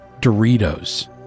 Doritos